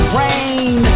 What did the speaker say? rain